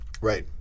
Right